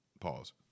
Pause